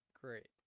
Great